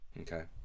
Okay